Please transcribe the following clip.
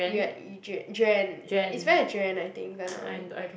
Yua~ Yu~ Jua~ Juan it's pronounced as Juan I think if I'm not wrong